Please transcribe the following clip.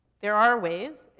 there are ways.